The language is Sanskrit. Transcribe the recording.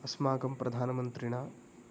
अस्माकं प्रधानमन्त्रिणा